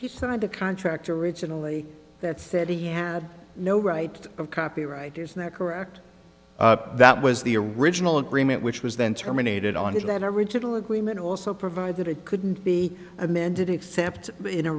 he signed a contract originally that said he had no right of copyright is that correct that was the original agreement which was then terminated on to that original agreement also provide that it couldn't be amended except in a